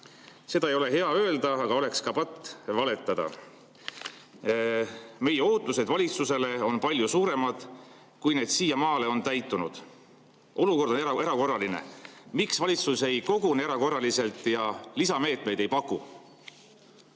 Seda ei ole hea öelda, aga oleks ka patt valetada. [---] Meie ootused valitsusele on palju suuremad kui need siiamaale on täitunud. Olukord on erakorraline [---]." Miks valitsus ei kogune erakorraliselt ega lisameetmeid ei paku?